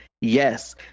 yes